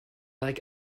like